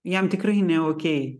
jam tikrai ne okei